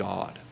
God